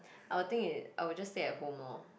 I'll think it I'll just stay at home lor